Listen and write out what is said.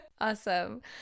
Awesome